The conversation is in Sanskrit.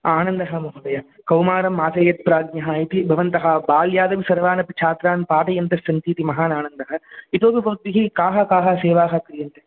आनन्दः महोदय कौमारं मासयेत् प्राज्ञः इति भवन्तः बाल्यादपि सर्वान् छात्रान् पालयन्तः सन्ति इति महान् आनन्दः इतोऽपि भवद्भिः काः काः सेवाः क्रियन्ते